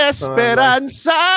Esperanza